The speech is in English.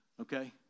Okay